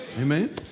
Amen